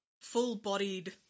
full-bodied